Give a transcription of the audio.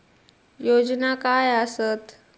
योजना काय आसत?